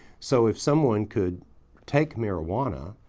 so if someone could take marijuana,